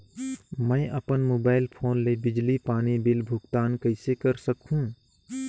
मैं अपन mobile phone ले बिजली पानी बिल भुगतान कइसे कर सकहुं?